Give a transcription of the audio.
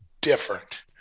different